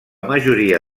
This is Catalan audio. majoria